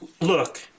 Look